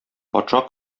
патша